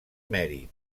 mèrit